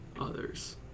others